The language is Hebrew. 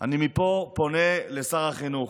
אני מפה פונה לשר החינוך,